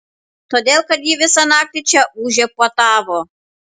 todėl kad ji visą naktį čia ūžė puotavo